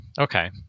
okay